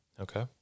okay